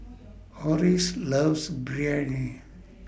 Orris loves Biryani